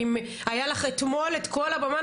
היה לך אתמול את כל הבמה.